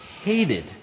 hated